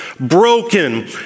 Broken